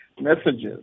messages